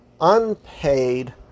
unpaid